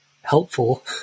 helpful